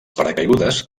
paracaigudes